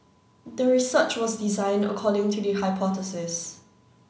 the research was designed according to the hypothesis